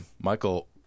Michael